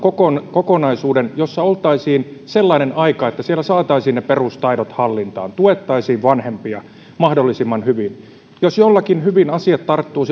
kokonaisuuden jossa oltaisiin sellainen aika että siellä saataisiin ne perustaidot hallintaan tuettaisiin vanhempia mahdollisimman hyvin jos jollakin hyvin asiat tarttuvat